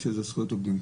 זכויות מול מעביד.